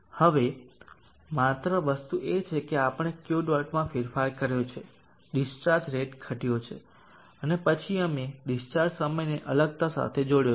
હવે માત્ર વસ્તુ એ છે કે આપણે Q ડોટમાં ફેરફાર કર્યો છે ડીસ્ચાર્જ રેટ ઘટ્યો છે અને પછી અમે ડિસ્ચાર્જ સમયને અલગતા સાથે જોડ્યો છે